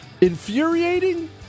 infuriating